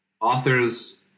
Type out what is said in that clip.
Authors